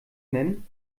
nennen